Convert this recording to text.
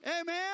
Amen